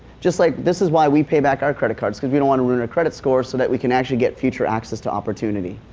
just like, this is why we pay back our credit cards, cause we donit and wanna ruin our credit score so that we can actually get future access to opportunities.